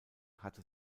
hatte